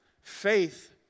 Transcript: faith